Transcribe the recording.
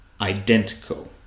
identical